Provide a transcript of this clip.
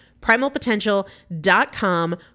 Primalpotential.com